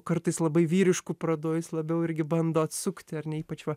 kartais labai vyrišku pradu jis labiau irgi bando atsukti ar ne ypač va